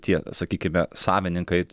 tie sakykime savininkai